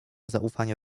zaufania